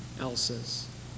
else's